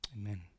Amen